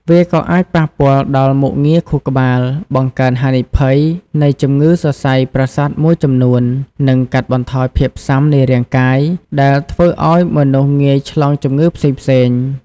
វាក៏អាចប៉ះពាល់ដល់ មុខងារខួរក្បាល បង្កើនហានិភ័យនៃជំងឺសរសៃប្រសាទមួយចំនួន នឺងកាត់បន្ថយភាពស៊ាំនៃរាងកាយ ដែលធ្វើឱ្យមនុស្សងាយឆ្លងជំងឺផ្សេងៗ។